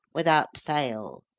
without fail.